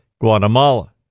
Guatemala